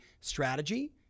strategy